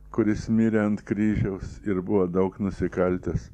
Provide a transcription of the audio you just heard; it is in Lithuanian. kuris mirė ant kryžiaus ir buvo daug nusikaltęs